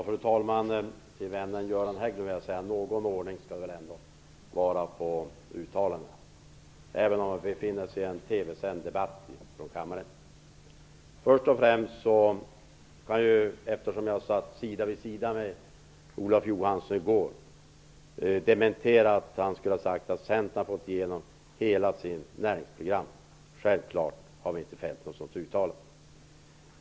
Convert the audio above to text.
Fru talman! Till vännen Göran Hägglund vill jag säga, att någon ordning skall det väl ändå vara på uttalandena, även om vi deltar i en TV-sänd debatt i kammaren. Först kan jag, eftersom jag satt sida vid sida med Olof Johansson i går, dementera att han skulle ha sagt att Centern har fått igenom hela sitt näringsprogram. Han har självfallet inte gjort något sådant uttalande.